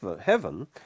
heaven